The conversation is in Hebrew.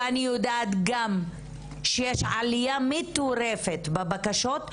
ואני יודעת גם שיש עלייה מטורפת בבקשות,